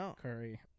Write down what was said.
Curry